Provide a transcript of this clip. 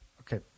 Okay